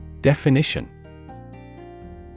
Definition